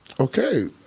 Okay